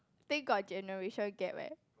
then got generation gap eh